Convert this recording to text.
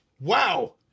Wow